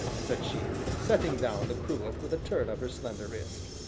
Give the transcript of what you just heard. said she, setting down the cruet with a turn of her slender wrist.